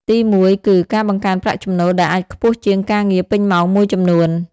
ទីមួយ គឺ ការបង្កើនប្រាក់ចំណូល ដែលអាចខ្ពស់ជាងការងារពេញម៉ោងមួយចំនួន។